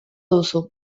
duzu